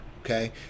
okay